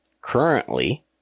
currently